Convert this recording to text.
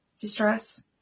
distress